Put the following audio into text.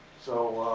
so,